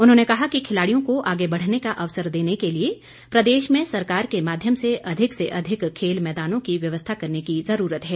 उन्होंने कहा कि खिलाड़ियों को आगे बढ़ने का अवसर देने के लिए प्रदेश में सरकार के माध्यम से अधिक से अधिक खेल मेदानों की व्यवस्था करने की जरूरत है